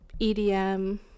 EDM